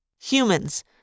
Humans